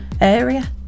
area